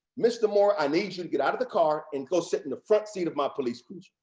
mr. moore, i need you to get out of the car and go sit in the front seat of my police cruiser.